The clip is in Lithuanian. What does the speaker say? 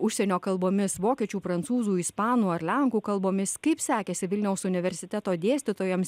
užsienio kalbomis vokiečių prancūzų ispanų ar lenkų kalbomis kaip sekėsi vilniaus universiteto dėstytojams